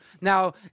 Now